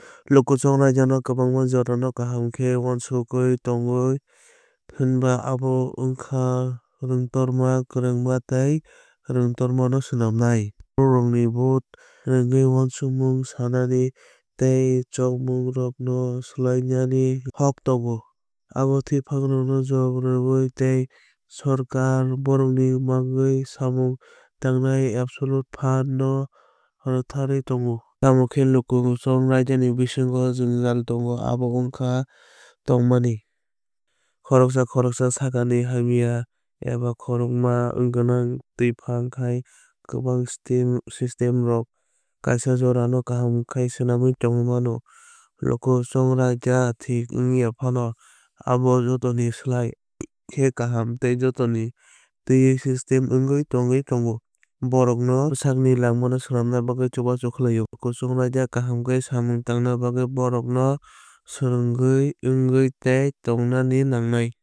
Luku chongraida no kwbangma jorao kaham khe uansukgui tongwui hwnba abo wngkha rwngtorma kwrwngma tei rwngthoma no swnamnai. Borokrokni vote rwngwui uansukmung sanai tei chongmungrokno swlainani kok tongo. Abo tẃiphangrokno jawab rwwi tei sorkar borokrokni mungwi samung tangnai absolute phan no rwktharwi tongo. Tamokhe luku chongraida ni bisingo jwngjal tongo abo wngkha tongmani. Khoroksa khoroksa sakha ni hamya eba khorokma gwnang tẃiphang hai kwbang systemrok kaisa jora no kaham khe swnamwui tongwui mano. Luku chongraida thik wngya phano abo jotoni slai khe kaham tei jotono tẃiwi system wngwi tongwui tongo. Borokno bwsakni langmano swnamna bagwi chubachu khlaio. Kuchung raida kaham khe samung tangna bagwi borokno swrwngwui wngwui tei tongnani nangnai.